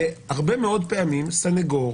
והרבה מאוד פעמים סנגור,